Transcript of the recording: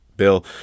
Bill